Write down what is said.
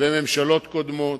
וממשלות קודמות.